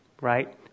right